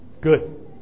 Good